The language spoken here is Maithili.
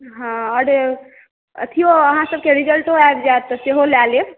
हँ अरे अथियो अहाँसबके रिजल्टो आबि जायत तऽ सेहो लए लेब